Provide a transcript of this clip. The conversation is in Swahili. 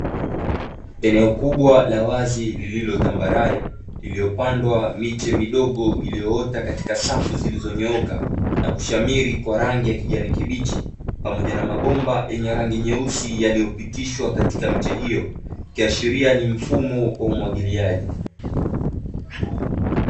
Eneo kubwa la wazi lililo tambarare iliyopandwa miche midogo iliyoota katika safu zilizonyooka na kushamiri kwa rangi ya kijani kibichi pamoja na mabomba yenye rangi nyeusi yaliyopitishwa katika miche hiyo ikiashiria ni mfumo wa umwagiliaji.